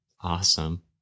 Awesome